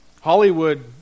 Hollywood